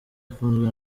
afunzwe